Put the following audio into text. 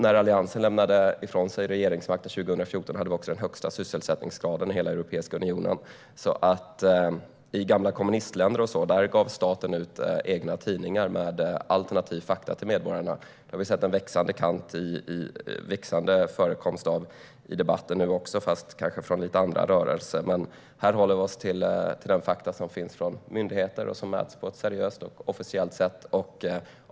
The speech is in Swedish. När Alliansen lämnade ifrån sig regeringsmakten 2014 hade Sverige också den högsta sysselsättningsgraden i hela Europeiska unionen. I gamla kommunistländer och annat gav staten ut egna tidningar med alternativa fakta till medborgarna. Det har vi sett en växande förekomst av i debatten också nu, fast kanske från lite andra rörelser. Men här håller vi oss till de fakta som finns från myndigheter och som mäts på ett seriöst och officiellt sätt.